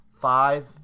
five